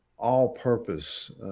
all-purpose